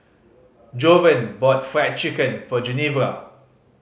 Jovan bought Fried Chicken for Genevra